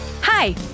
Hi